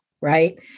right